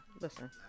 listen